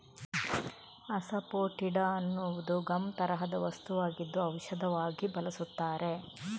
asafoetida ಅನ್ನುವುದು gum ತರಹದ ವಸ್ತುವಾಗಿದ್ದು ಔಷಧವಾಗಿ ಬಳಸುತ್ತಾರೆ